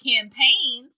campaigns